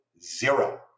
zero